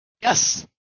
Yes